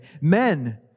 men